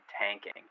tanking